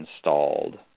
installed